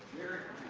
here